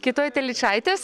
kitoj telyčaitės